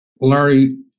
Larry